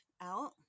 out